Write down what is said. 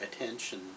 attention